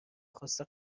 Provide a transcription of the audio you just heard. خواسته